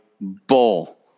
bull